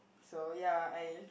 so ya I